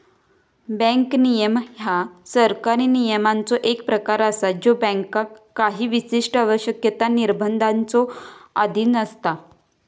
bank नियमन ह्या सरकारी नियमांचो एक प्रकार असा ज्यो बँकांका काही विशिष्ट आवश्यकता, निर्बंधांच्यो अधीन असता